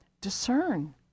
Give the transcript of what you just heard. Discern